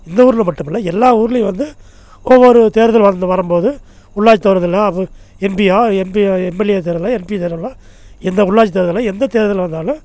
இந்த ஊரில் மட்டுமில்லை எல்லா ஊர்லேயும் வந்து ஒவ்வொரு தேர்தல் வந்து வரும்போது உள்ளாட்சி தேர்தலாக எம்பியா எம்பி எம்எல்ஏ தேர்தலோ எம்பி தேர்தலோ எந்த உள்ளாட்சி தேர்தலோ எந்த தேர்தல் வந்தாலும்